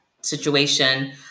situation